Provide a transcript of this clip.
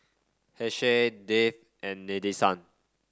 Haresh Dev and Nadesan